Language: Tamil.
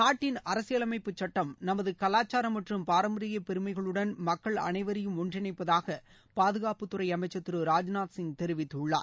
நாட்டின் அரசியலமைப்பு சுட்டம் நமது கலாச்சாரம் மற்றும் பாரம்பரிய பெருமைகளுடன் மக்கள் அளைவரையும் ஒன்றிணைப்பதாக பாதுகாப்புத் துறை அமைச்சர் திரு ராஜ்நாத் சிங் தெரிவித்துள்ளார்